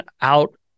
out